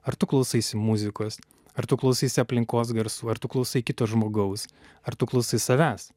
ar tu klausaisi muzikos ar tu klausaisi aplinkos garsų ar tu klausai kito žmogaus ar tu klausai savęs